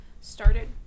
started